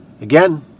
Again